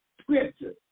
scripture